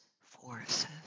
forces